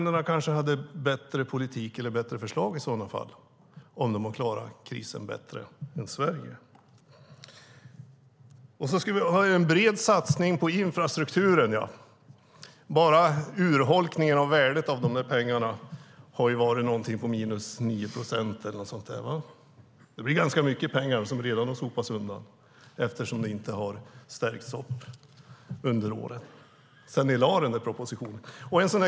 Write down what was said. De kanske hade en bättre politik eller kom med bättre förslag om de har klarat krisen bättre än Sverige. Vi skulle göra en bred satsning på infrastrukturen. Bara urholkningen på värdet av pengarna är minus 9 procent eller något sådant. Det är ganska mycket pengar som redan har sopats undan eftersom de inte stärkts sedan propositionen lades fram.